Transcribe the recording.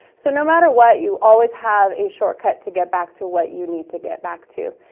so no matter what, you always have a shortcut to get back to what you need to get back to.